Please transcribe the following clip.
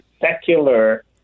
secular